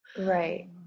Right